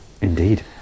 Indeed